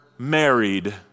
married